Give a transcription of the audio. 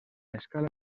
escala